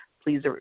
please